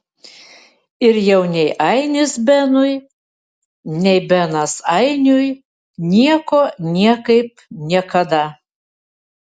ir jau nei ainis benui nei benas ainiui nieko niekaip niekada